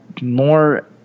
more